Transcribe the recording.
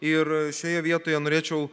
ir šioje vietoje norėčiau